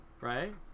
right